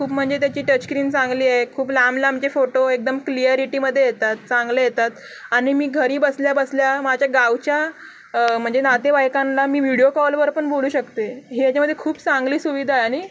खूप म्हणजे त्याची टचस्क्रीन चांगली आहे खूप लांबलांबचे फोटो एकदम क्लिअरिटीमध्ये येतात चांगले येतात आणि मी घरी बसल्याबसल्या माझ्या गावच्या म्हणजे नातेवाईकांना मी व्हिडिओ कॉलवर पण बोलू शकते हेच्यामध्ये खूप चांगली सुविधा आहे आणि